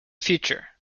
future